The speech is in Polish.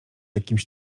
jakimś